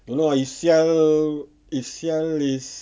don't know lah if [sial] if [sial] is